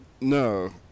No